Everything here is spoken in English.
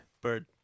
Bird